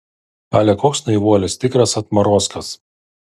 ale koks naivuolis tikras atmarozkas